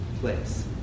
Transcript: place